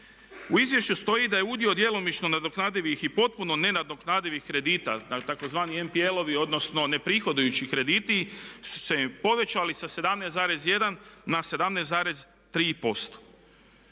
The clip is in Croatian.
U izvješću stoji da je udio djelomično nadoknadivih i potpuno nenadoknadivih kredita, tzv. NPL odnosno neprihodujući krediti su se povećali sa 17,1 na 17,3%.